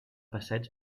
passeig